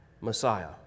Messiah